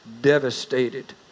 devastated